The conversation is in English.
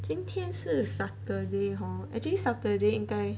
今天是 saturday hor actually saturday 应该